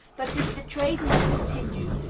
but if the trade must continue,